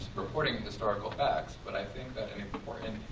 reporting historical facts. but i think that an important,